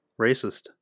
Racist